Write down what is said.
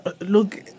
Look